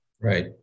Right